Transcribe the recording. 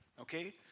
okay